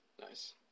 Nice